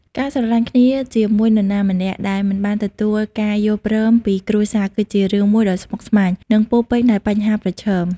ការស្រឡាញ់គ្នាជាមួយនរណាម្នាក់ដែលមិនបានទទួលការយល់ព្រមពីគ្រួសារគឺជារឿងមួយដ៏ស្មុគស្មាញ និងពោរពេញដោយបញ្ហាប្រឈម។